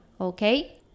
okay